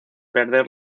perder